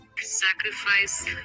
Sacrifice